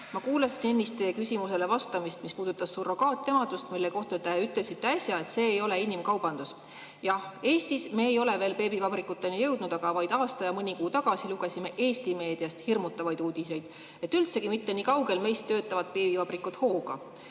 Ma kuulasin ennist teie vastust küsimusele, mis puudutas surrogaatemadust, mille kohta te ütlesite äsja, et see ei ole inimkaubandus. Jah, Eestis me ei ole veel beebivabrikuteni jõudnud, aga vaid aasta ja mõni kuu tagasi lugesime Eesti meediast hirmutavaid uudiseid. Üldsegi mitte kuigi kaugel meist töötavad beebivabrikud hooga.